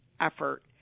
effort